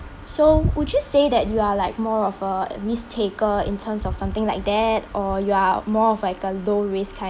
so would you say that you are like more of a risk-taker in terms of something like that or you are more of like a low risk kind